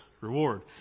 reward